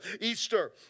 Easter